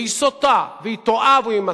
והיא סוטה והיא טועה,